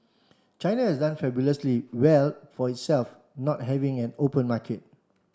China has done fabulously well for itself not having an open market